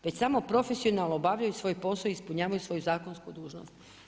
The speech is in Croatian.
Već samo profesionalno obavljaju svoj posao i ispunjavanju svoju zakonsku dužnost.